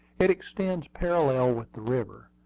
it extends parallel with the river.